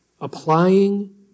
Applying